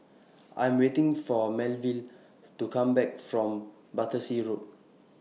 I Am waiting For Melville to Come Back from Battersea Road